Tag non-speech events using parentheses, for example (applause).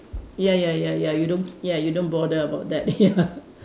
ya ya ya ya you don't ya you don't bother about that (laughs) ya